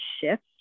shift